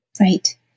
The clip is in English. Right